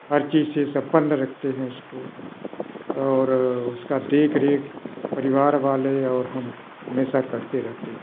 हर चीज से सम्पन्न रखते हैं उसको और उसका देख रेख परिवार वाले और हम हमेशा करते रहते हैं